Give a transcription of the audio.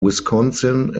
wisconsin